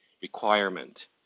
requirement